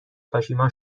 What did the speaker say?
کاشیما